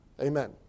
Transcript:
Amen